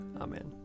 Amen